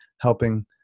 helping